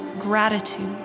gratitude